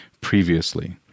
previously